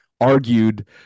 argued